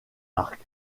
marques